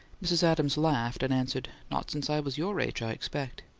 mrs. adams laughed, and answered, not since i was your age, i expect.